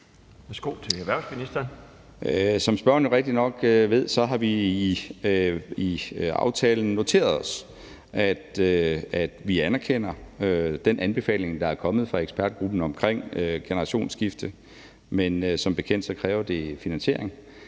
Som spørgeren jo rigtig nok ved, har vi i aftalen noteret os, at vi anerkender den anbefaling, der er kommet fra ekspertgruppen, omkring generationsskifte, men som bekendt kræver det finansiering,